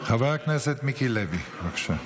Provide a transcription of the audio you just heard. חבר הכנסת מיקי לוי, בבקשה.